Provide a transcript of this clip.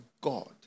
God